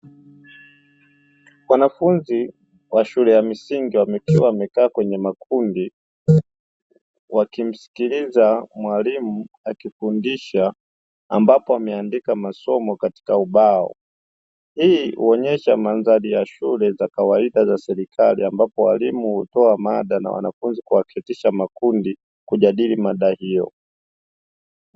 Wanafunzi wa shule ya msingi wakiwa wamekaa kwenye makundi, wakimskiliza mwalimu akifundisha ambapo ameandika masomo katika ubao. Hii huonyesha mandhari ya shule za kawaida za serekali ambapo walimu hutoa mada na wanafunzi kuwapitisha makundi, kujadili mada hiyo.